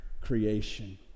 creation